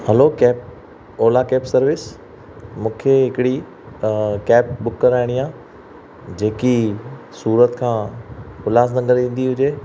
hello sir Ola cab service मूंखे हिकिड़ी cab book कराइणी आहे जेकी सूरत खां उल्हासनगर ईंदी हुजे